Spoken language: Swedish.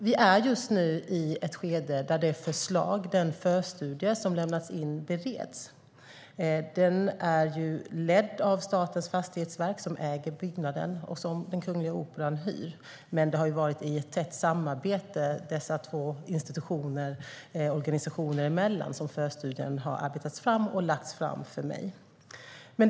Vi är just nu i ett skede där den förstudie som har lämnats in bereds. Arbetet leds av Statens fastighetsverk, som äger byggnaden som Kungliga Operan hyr. Men det har varit i ett tätt samarbete mellan dessa två som förstudien har arbetats fram och lagts fram för mig.